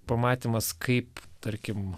pamatymas kaip tarkim